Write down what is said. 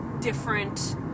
different